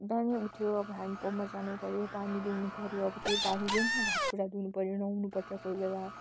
बिहानै उठ्यो अब ह्यान्डपम्पमा जानु पऱ्यो पानी ल्याउनु पऱ्यो अब त्यो पानीले नै अब हात खुट्टा धुनु पर्यो नुहाउनु पर्छ कोही बेला